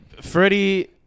Freddie